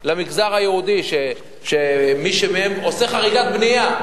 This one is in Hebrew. למגזר היהודי כשמי מהם עושה חריגת בנייה,